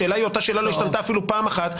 השאלה היא אותה שאלה, לא השתנתה אפילו פעם אחת.